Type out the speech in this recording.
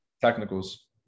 technicals